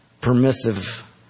permissive